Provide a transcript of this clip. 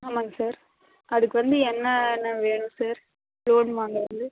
ஆமாங்க சார் அதுக்கு வந்து என்னென்ன வேணும் சார் லோன் வாங்குகிறது